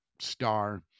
star